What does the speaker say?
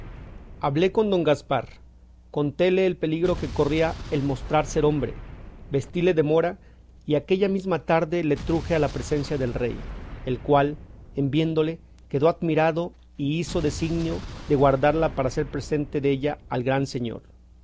hablé con don gaspar contéle el peligro que corría el mostrar ser hombre vestíle de mora y aquella mesma tarde le truje a la presencia del rey el cual en viéndole quedó admirado y hizo disignio de guardarla para hacer presente della al gran señor